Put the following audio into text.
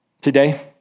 today